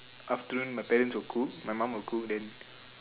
afternoon my parents will cook my mum will cook then